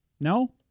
No